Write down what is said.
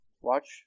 Watch